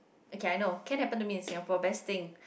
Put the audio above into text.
okay I know can happen to me in Singapore best thing